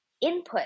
Input